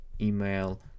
email